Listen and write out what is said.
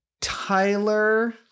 Tyler